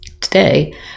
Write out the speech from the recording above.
Today